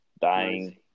Dying